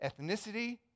ethnicity